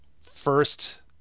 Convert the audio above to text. first